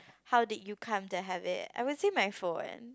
how did you come to have it I would say my phone